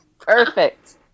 Perfect